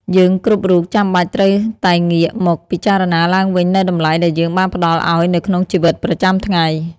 យើងគ្រប់រូបចាំបាច់ត្រូវតែងាកមកពិចារណាឡើងវិញនូវតម្លៃដែលយើងបានផ្ដល់ឲ្យនៅក្នុងជីវិតប្រចាំថ្ងៃ។